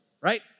right